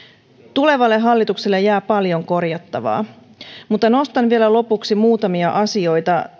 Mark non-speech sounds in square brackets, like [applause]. tulevalle hallitukselle jää paljon korjattavaa mutta nostan vielä lopuksi muutamia asioita [unintelligible]